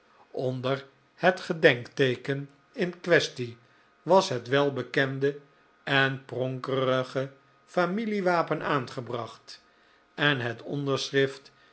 onder het gedenkteeken in quaestie was het welbekende en pronkerige familiewapen aangebracht en het